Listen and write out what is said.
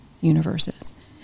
universes